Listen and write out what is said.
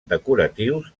decoratius